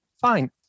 fine